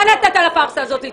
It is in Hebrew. אתה נתת לפארסה הזאת להתקיים.